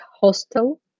hostel